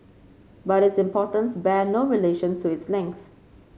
but its importance bear no relation to its length